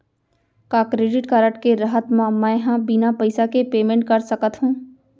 का credit card के रहत म, मैं ह बिना पइसा के पेमेंट कर सकत हो?